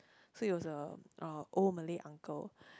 so it was a uh old Malay uncle